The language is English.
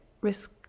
risk